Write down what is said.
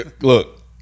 look